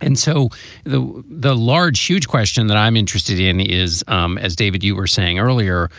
and so the the large, huge question that i'm interested in is, um as david, you were saying earlier,